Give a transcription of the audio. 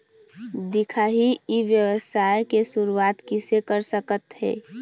दिखाही ई व्यवसाय के शुरुआत किसे कर सकत हे?